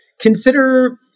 consider